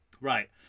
right